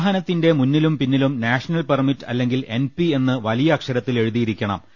വാഹനത്തിന്റെ മുമ്പിലും പിന്നിലും നാഷണൽ പെർമിറ്റ് അല്ലെങ്കിൽ എൻ പി എന്ന് വലിയ അക്ഷരത്തിൽ എഴുതിയിരിക്കണം